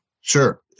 Sure